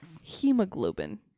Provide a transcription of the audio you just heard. Hemoglobin